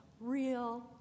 real